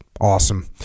awesome